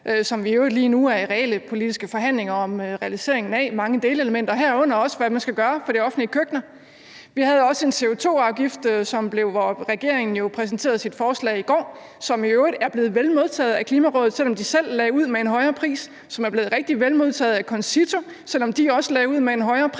som vi i øvrigt lige nu er i reelle politiske forhandlinger om i forhold til realiseringen af mange delelementer, herunder også, hvad man skal gøre for de offentlige køkkener. Vi havde også en CO2-afgift, hvor regeringen jo præsenterede sit forslag i går, som i øvrigt er blevet vel modtaget af Klimarådet, selv om de selv lagde ud med en højere pris, og som er blevet rigtig vel modtaget af CONCITO, selv om de også lagde ud med en højere pris.